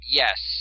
yes